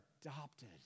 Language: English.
adopted